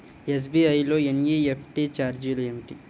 SBI లో NEFT ఛార్జీలు ఏమిటి?